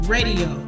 Radio